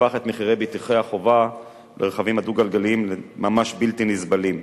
שהפך את מחירי ביטוחי החובה לרכבים הדו-גלגליים לממש בלתי נסבלים.